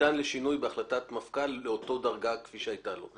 ניתן לשינוי בהחלטת מפכ"ל לאותה דרגה כפי שהייתה לו.